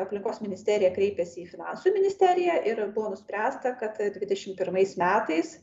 aplinkos ministerija kreipėsi į finansų ministeriją ir buvo nuspręsta kad dvidešimt pirmais metais